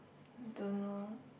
don't know